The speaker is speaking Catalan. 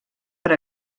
per